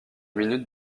minute